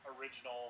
original